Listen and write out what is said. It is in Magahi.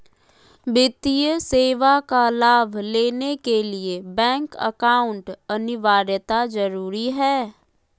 वित्तीय सेवा का लाभ लेने के लिए बैंक अकाउंट अनिवार्यता जरूरी है?